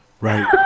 Right